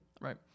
Right